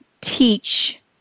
teach